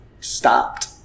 stopped